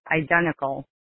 identical